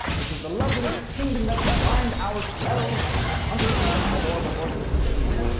which is the lovely kingdom that we find ourselves and one hundred percent of adorable organisms in.